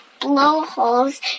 blowholes